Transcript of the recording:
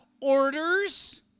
orders